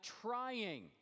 trying